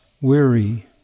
weary